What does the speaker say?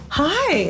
hi